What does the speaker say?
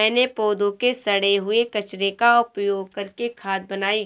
मैंने पौधों के सड़े हुए कचरे का उपयोग करके खाद बनाई